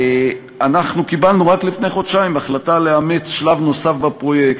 אנחנו קיבלנו רק לפני חודשיים החלטה לאמץ שלב נוסף בפרויקט,